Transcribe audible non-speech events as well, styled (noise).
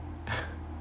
(laughs)